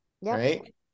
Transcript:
Right